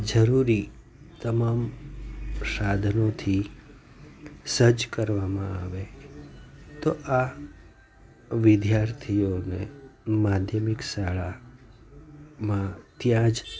જરૂરી તમામ સાધનોથી સજજ કરવામાં આવે તો આ વિદ્યાર્થીઓને માધ્યમિક શાળામાં ત્યાં જ